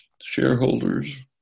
shareholders